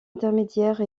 intermédiaire